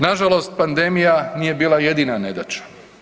Nažalost pandemija nije bila jedina nedaća.